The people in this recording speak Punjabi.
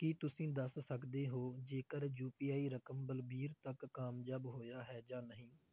ਕੀ ਤੁਸੀਂਂ ਦੱਸ ਸਕਦੇ ਹੋ ਜੇਕਰ ਯੂ ਪੀ ਆਈ ਰਕਮ ਬਲਬੀਰ ਤੱਕ ਕਾਮਯਾਬ ਹੋਇਆ ਹੈ ਜਾਂ ਨਹੀਂ